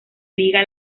liga